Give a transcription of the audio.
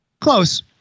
Close